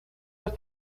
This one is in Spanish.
los